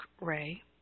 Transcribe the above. ray